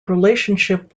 relationship